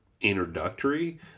introductory